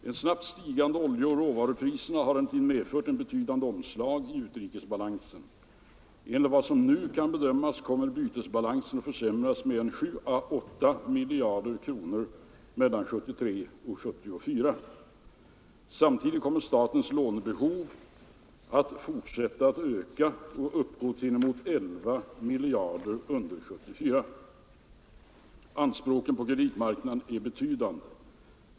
De snabbt stigande oljeoch råvarupriserna har emellertid medfört ett betydande omslag i utrikesbalansen. Enligt vad som nu kan bedömas kommer bytesbalansen att försämras med en 7-8 miljarder kronor mellan 1973 och 1974. Samtidigt kommer statens lånebehov att fortsätta att öka och uppgå till inemot 11 miljarder kronor under 1974. Anspråken på kreditmarknaden är således betydande.